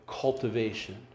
cultivation